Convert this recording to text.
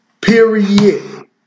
Period